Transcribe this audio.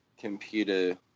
computer